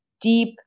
deep